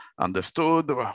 understood